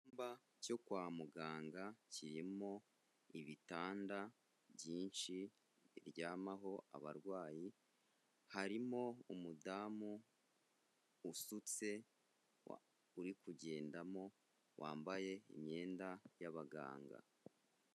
Icyumba cyo kwa muganga, kirimo ibitanda byinshi biryamaho abarwayi, harimo umudamu usutse uri kugendamo wambaye imyenda y'abaganga.